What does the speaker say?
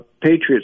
Patriots